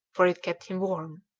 for it kept him warm.